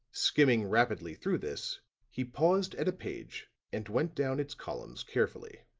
skimming rapidly through this he paused at a page and went down its columns carefully.